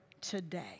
today